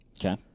okay